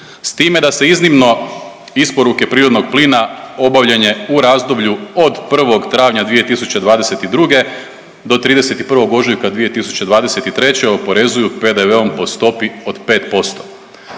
s time da se iznimno isporuke prirodnog plina obavljanje u razdoblju od 1. travnja 2022. do 31. ožujka 2023. oporezuju PDV-om po stopi od 5%.